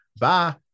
Bye